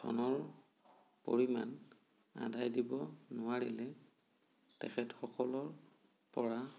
ধনৰ পৰিমাণ আদায় দিব নোৱাৰিলে তেখেতসকলৰ পৰা